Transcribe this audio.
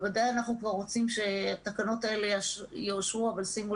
אנחנו רוצים שהתקנות תאושרנה אבל שימו